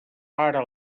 para